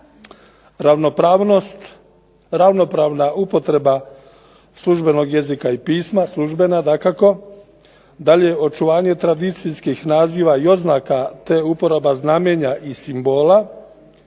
ravnopravna upotreba službenog jezika i pisma, službena dakako, dalje, očuvanje tradicijskih naziva i oznaka, te uporaba znamenja i simbola,